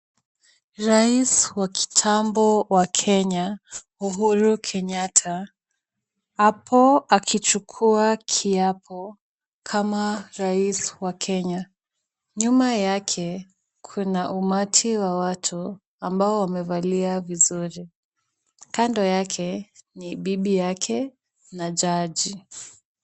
Rais wa kitambo wa Kenya Uhuru Kenyatta, apo akichukua kiapo kama rais wa Kenya ,nyuma yake kuna umati wa watu ambao wamevalia vizuri ,kando yake ni bibi yake na jaji.